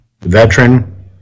veteran